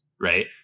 Right